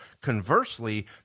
Conversely